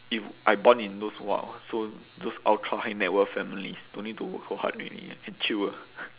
if I born in those !wah! so those ultra high net worth families don't need to work so hard already can chill ah